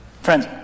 Friends